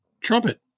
trumpet